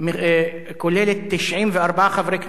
כוללת 94 חברי כנסת.